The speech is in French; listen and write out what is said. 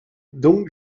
donc